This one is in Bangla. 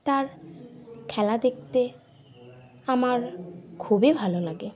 তার খেলা দেখতে আমার খুবই ভালো লাগে